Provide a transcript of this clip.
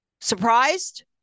Surprised